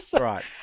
Right